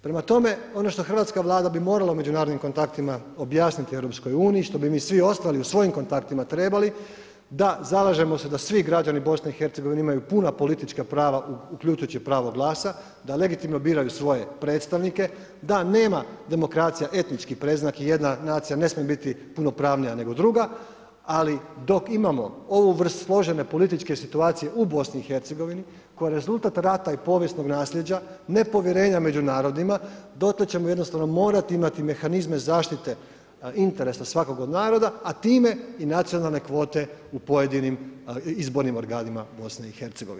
Prema tome, ono što hrvatska Vlada bi morala u međunarodnim kontaktima objasniti EU, što bi mi svi ostali u svojim kontaktima trebali, da zalažemo se da svi građani BIH imaju puna politička prava, uključujući pravo glasa, da legitimno biraju svoje predstavnike, da nema demokracija etnički predznak jedna nacija ne smije biti punopravnija nego druga, ali dok imamo ovu vrst složene političke situacije u BIH koja je rezultat rata i povijesnog naslijeđa, nepovjerenja među narodima, dotle ćemo jednostavno morati imati mehanizme zaštite interesa svakog od naroda, a time i nacionalne kvote u pojedinim izbornim organima BIH.